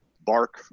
bark